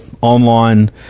online